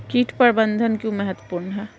कीट प्रबंधन क्यों महत्वपूर्ण है?